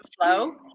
flow